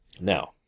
Now